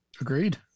Agreed